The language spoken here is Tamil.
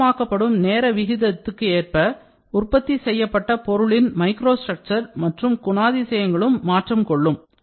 திண்ணமாக்கபடும் நேர விகிதத்துக்கு ஏற்ப உற்பத்தி செய்யப்பட்ட பொருளின் microstructure மற்றும் குணாதிசயங்களும் மாற்றம் கொள்ளும்